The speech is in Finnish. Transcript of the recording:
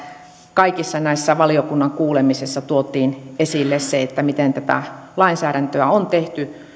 kaikissa näissä valiokunnan kuulemisissa tuotiin esille se että tätä lainsäädäntöä on tehty